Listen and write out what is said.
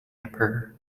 emperor